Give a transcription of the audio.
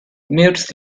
mutes